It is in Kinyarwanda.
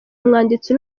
umwanditsi